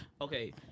okay